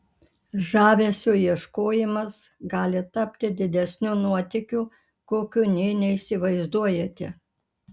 žavesio ieškojimas gali tapti didesniu nuotykiu kokio nė neįsivaizduojate